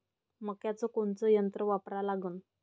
मक्याचं कोनचं यंत्र वापरा लागन?